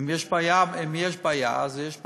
אם יש בעיה אז יש בעיה.